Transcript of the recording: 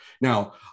Now